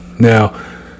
Now